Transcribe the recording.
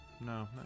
No